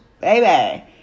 Baby